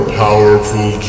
powerful